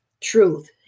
truth